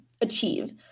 achieve